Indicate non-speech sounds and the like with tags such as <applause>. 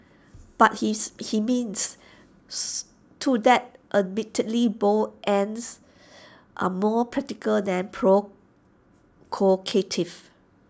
but his he means <noise> to that admittedly bold ends are more practical than pro call <unintelligible>